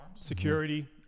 Security